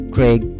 Craig